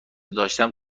داشتم